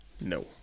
No